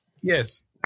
Yes